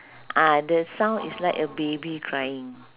ah the sound is like a baby crying